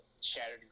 shattered